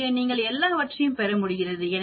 இங்கே நீங்கள் எல்லாவற்றையும் பெறமுடிகிறது